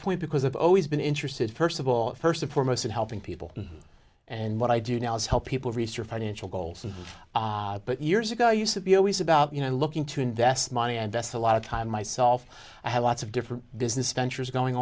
point because i've always been interested first of all first and foremost in helping people and what i do now is help people research financial goals but years ago i used to be always about you know looking to invest money and that's a lot of time myself i have lots of different business